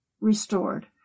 restored